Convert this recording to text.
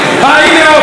נו, אי-אפשר.